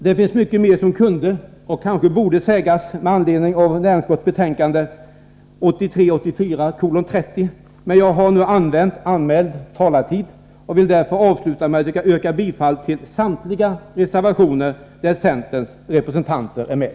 Det finns mycket mer som kunde och kanske borde sägas med anledning av näringsutskottets betänkande 1983/84:30, men jag har nu använt anmäld talartid och vill därför avsluta med att yrka bifall till samtliga reservationer där centerns representanter är med.